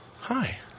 hi